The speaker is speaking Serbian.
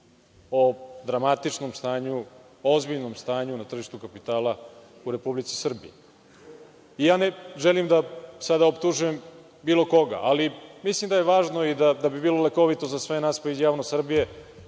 o dramatičnom stanju, o ozbiljnom stanju na tržištu kapitala u Republici Srbiji. Ja ne želim sada da optužujem bilo koga, ali mislim da je važno i da bi bilo lekovito za sve nas, pa i za javnost Srbije,